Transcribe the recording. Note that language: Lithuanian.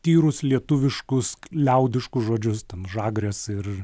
tyrus lietuviškus liaudiškus žodžius ten žagrės ir